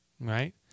Right